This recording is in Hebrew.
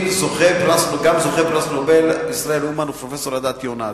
החותמים גם זוכי פרס נובל פרופסור ישראל אומן ופרופסור עדה יונת.